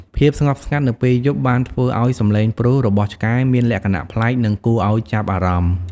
ភាពស្ងប់ស្ងាត់នៅពេលយប់បានធ្វើឱ្យសំឡេងព្រុសរបស់ឆ្កែមានលក្ខណៈប្លែក និងគួរឱ្យចាប់អារម្មណ៍។